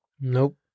Nope